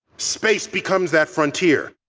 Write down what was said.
space becomes that frontier.